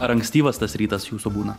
ar ankstyvas tas rytas jūsų būna